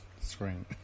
screen